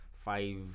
five